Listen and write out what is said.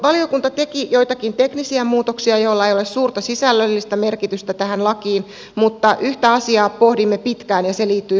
valiokunta teki joitakin teknisiä muutoksia joilla ei ole suurta sisällöllistä merkitystä tähän lakiin mutta yhtä asiaa pohdimme pitkään ja se liittyy rangaistavuussäännöksiin